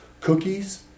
cookies